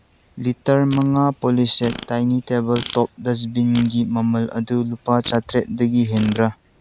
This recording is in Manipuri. ꯂꯤꯇꯔ ꯃꯉꯥ ꯄꯣꯂꯤꯁꯦꯠ ꯇꯥꯏꯅꯤ ꯇꯦꯕꯜ ꯇꯣꯞ ꯗꯁꯕꯤꯟꯒꯤ ꯃꯃꯜ ꯑꯗꯨ ꯂꯨꯄꯥ ꯆꯥꯇꯔꯦꯠꯇꯒꯤ ꯍꯦꯟꯕ꯭ꯔ